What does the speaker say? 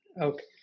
Okay